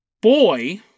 boy